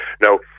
Now